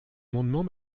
amendement